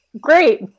Great